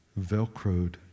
velcroed